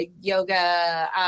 yoga